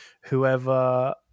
whoever